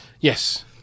Yes